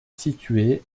située